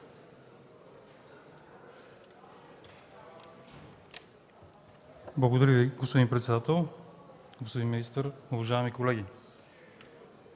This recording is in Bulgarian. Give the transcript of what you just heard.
Благодаря Ви, господин председател. Господин министър, уважаеми колеги!